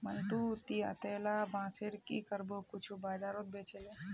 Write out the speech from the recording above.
मंटू, ती अतेला बांसेर की करबो कुछू बाजारत बेछे दे